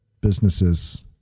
businesses